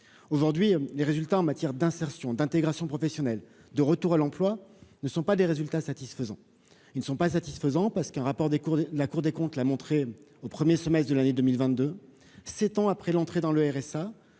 aujourd'hui les résultats en matière d'insertion d'intégration professionnelle de retour à l'emploi ne sont pas des résultats satisfaisants, ils ne sont pas satisfaisants parce qu'un rapport des cours de la Cour des comptes l'a montré au 1er semestre de l'année 2022, 7 ans après l'entrée dans le RSA